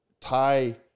tie